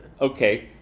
Okay